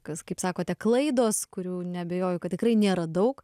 kas kaip sakote klaidos kurių neabejoju kad tikrai nėra daug